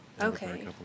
Okay